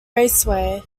raceway